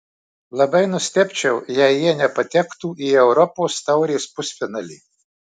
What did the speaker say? labai nustebčiau jei jie nepatektų į europos taurės pusfinalį